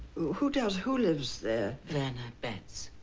who does? who lives there? werner betts.